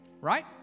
Right